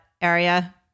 area